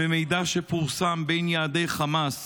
ממידע שפורסם, בין יעדי חמאס